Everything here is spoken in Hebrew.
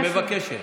היא מבקשת.